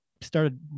started